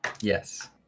Yes